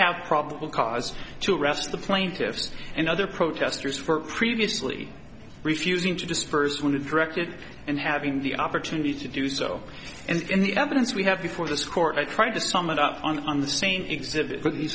have probable cause to arrest the plaintiffs and other protesters for previously refusing to disperse when it directed and having the opportunity to do so and in the evidence we have before this court i tried to sum it up on the same exhibit but he